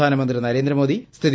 പ്രധാനമന്ത്രി നരേന്ദ്രമോദിയും ബി